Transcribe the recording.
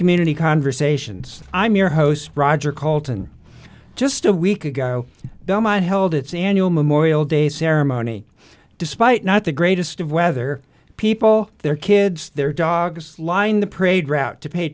community conversations i'm your host roger coulton just a week ago held its annual memorial day ceremony despite not the greatest of weather people their kids their dogs lined the parade route to pay